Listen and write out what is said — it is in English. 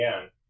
again